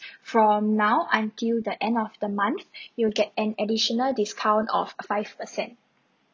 from now until the end of the month you'll get an additional discount of five percent